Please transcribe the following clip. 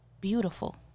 beautiful